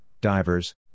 divers